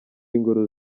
ingoro